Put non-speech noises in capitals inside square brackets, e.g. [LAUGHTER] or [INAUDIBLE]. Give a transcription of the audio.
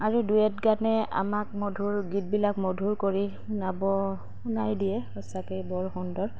আৰু ডুৱেট গানে আমাক মধুৰ গীতবিলাক মধুৰ কৰি [UNINTELLIGIBLE] সঁচাকৈয়ে বৰ সুন্দৰ